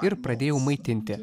ir pradėjau maitinti